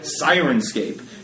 Sirenscape